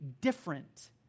different